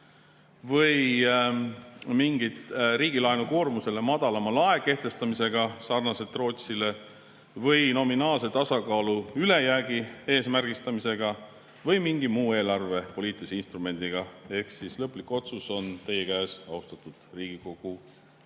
mingi riigi laenukoormusele madalama lae kehtestamisega sarnaselt Rootsile või nominaalse tasakaalu ülejäägi eesmärgistamisega või mingi muu eelarvepoliitilise instrumendiga. Lõplik otsus on teie käes, austatud Riigikogu